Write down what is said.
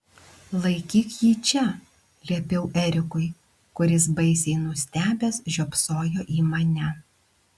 laikyk jį čia liepiau erikui kuris baisiai nustebęs žiopsojo į mane